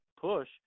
push